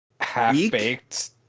Half-baked